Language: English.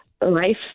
life